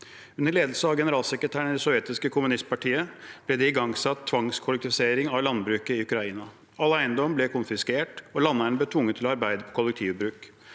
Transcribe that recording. Under ledelse av generalsekretæren i det sovjetiske kommunistpartiet ble det igangsatt tvangskollektivisering av landbruket i Ukraina. All eiendom ble konfiskert, og landeierne ble tvunget til å arbeide på kollektivbruk.